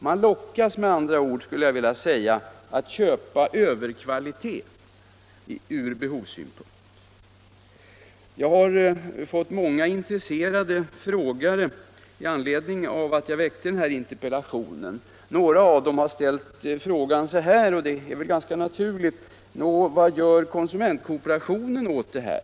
Man lockas med andra ord att köpa ”överkvalitet”. Jag har mött många intresserade frågare med anledning av att jag har framställt den här interpellationen. Några av dem har undrat, och det är väl ganska naturligt: Nå, vad gör konsumentkooperationen åt det här?